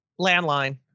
landline